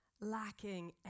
lacking